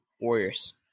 Warriors